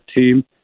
team